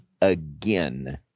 again